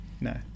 No